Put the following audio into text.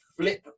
flip